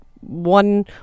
one